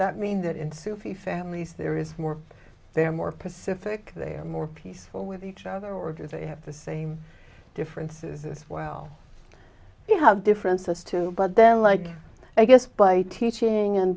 that mean that in fifty families there is more there more pacific they are more peaceful with each other or do they have the same differences as well you have differences too but then like i guess by teaching